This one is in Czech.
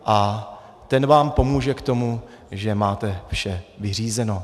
A ten vám pomůže k tomu, že máte vše vyřízeno.